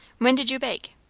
when did you bake?